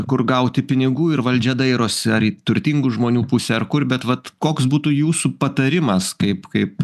kur gauti pinigų ir valdžia dairosi ar į turtingų žmonių pusę ar kur bet vat koks būtų jūsų patarimas kaip kaip